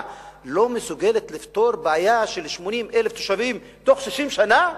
לא מסוגלת לפתור בעיה של 80,000 תושבים בתוך 60 שנה?